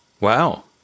Wow